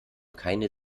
keine